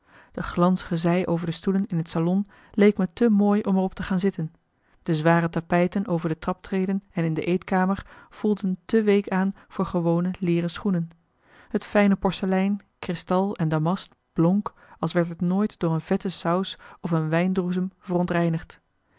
de glanzige zij over de stoelen in het salon leek me te mooi om er op te gaan zitten de zware tapijten over de traptreden en in de eetkamer voelden te week aan voor gewone leeren schoenen het fijne porcelein kristal en damast blonk als werd het nooit door een vette saus of een wijndroesem verontreinigd